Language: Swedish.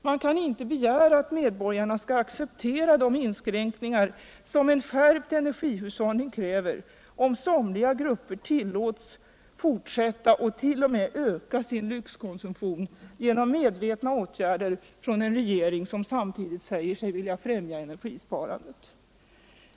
Man kan inte begära alt medborgarna skall acceptera de inskränkningar som en skärpt energihushållning kräver om somliga grupper tllåts fortsätta med och t.o.m. öka sin lyxkonsumtion genom medvetna åtgärder från en regering som samtidigt säger sig vilja främja energisparandet.